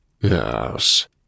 Yes